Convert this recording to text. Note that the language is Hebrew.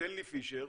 סטנלי פישר,